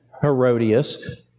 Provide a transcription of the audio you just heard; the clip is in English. Herodias